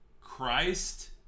Christ